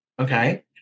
okay